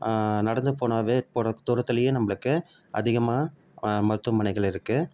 நடந்து போனாவே போகிற தூரத்துலேயே நம்மளுக்கு அதிகமாக மருத்துவமனைகள் இருக்குது